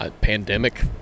Pandemic